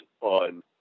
on